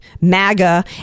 MAGA